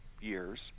years